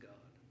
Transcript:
God